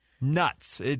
Nuts